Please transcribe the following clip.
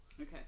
Okay